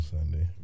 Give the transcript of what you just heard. Sunday